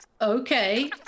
Okay